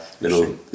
little